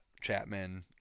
Chapman